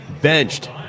benched